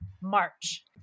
March